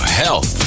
health